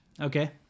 Okay